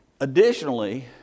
Additionally